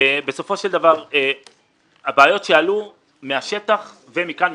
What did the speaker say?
בסופו של דבר הבעיות שעלו מהשטח ומכאן,